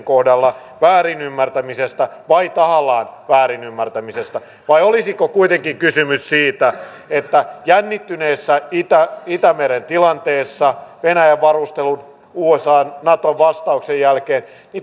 kohdalla väärinymmärtämisestä tai tahallaan väärinymmärtämisestä vai olisiko kuitenkin kysymys siitä että jännittyneessä itämeren itämeren tilanteessa venäjän varustelun ja usan naton vastauksen jälkeen